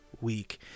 week